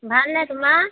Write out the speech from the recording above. ভাল নে তোমাৰ